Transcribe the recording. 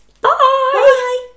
Bye